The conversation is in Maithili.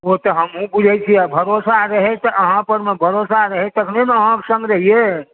ओ तऽ हमहुँ बुझैत छियै आ भरोसा रहै तऽ अहाँ परमे भरोसा रहै तखने ने अहाँक सङ्ग रहियै